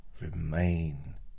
remain